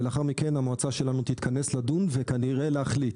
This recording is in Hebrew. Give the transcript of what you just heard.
ולאחר מכן המועצה שלנו תתכנס לדון וכנראה להחליט.